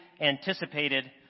anticipated